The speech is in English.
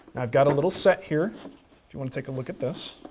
i've got a little set here if you wanna take a look at this.